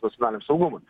nacionaliniam saugumui